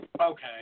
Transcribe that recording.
Okay